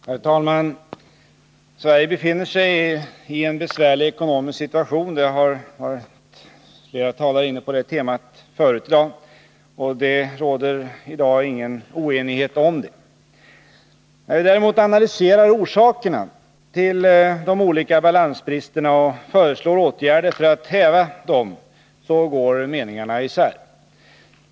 Herr talman! Sverige befinner sig i en besvärlig ekonomisk situation. Flera talare har tidigare i debatten varit inne på det temat. Det råder i dag ingen oenighet på den punkten. När vi däremot analyserar orsakerna till de olika balansbristerna och föreslår åtgärder för att häva dem går meningarna isär.